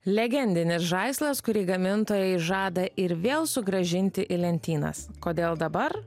legendinis žaislas kurį gamintojai žada ir vėl sugrąžinti į lentynas kodėl dabar